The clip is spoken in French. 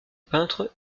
peintre